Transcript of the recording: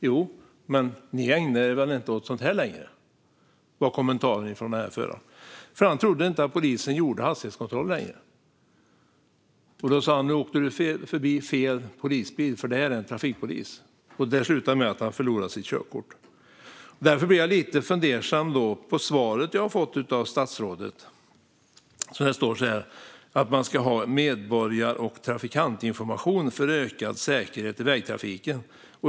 Kommentaren från denna förare var: Jo, men ni ägnar er väl inte åt sådant här längre? Denna förare trodde alltså inte att polisen gjorde hastighetskontroller längre. Polismannen sa då: Nu åkte du förbi fel polisbil, för detta är en trafikpolis. Detta slutade med att föraren förlorade sitt körkort. Därför blir jag lite fundersam över svaret som jag har fått från statsrådet när han säger att man ska ha medborgar och trafikantinformation för ökad trafiksäkerhet i vägtrafiken.